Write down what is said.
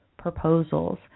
Proposals